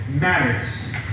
Matters